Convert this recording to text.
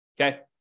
okay